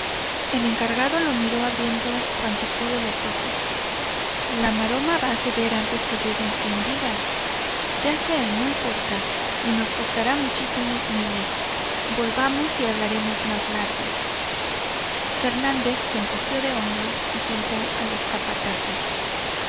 el encargado lo miró abriendo cuanto pudo los ojos la maroma va a ceder antes que lleguen cien vigas ya sé no importa y nos costará muchísimos miles volvamos y hablaremos más largo fernández se encogió de hombros y silbó a los capataces